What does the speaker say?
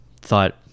thought